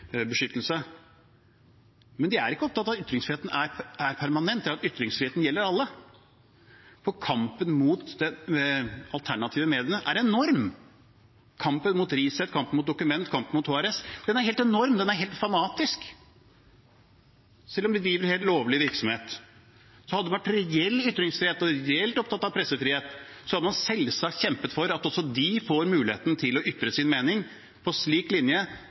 er opptatt av at ytringsfriheten er permanent, at den gjelder alle. Kampen mot de alternative mediene er enorm. Kampen mot Resett, kampen mot Document og kampen mot HRS er helt enorm – den er helt fanatisk, selv om de driver helt lovlig virksomhet. Hadde man vært reelt opptatt av ytringsfrihet og pressefrihet, hadde man selvsagt kjempet for at også de får muligheten til å ytre sin mening på lik linje